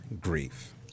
grief